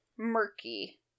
murky